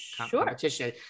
competition